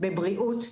בבריאות.